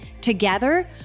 Together